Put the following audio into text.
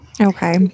okay